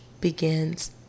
begins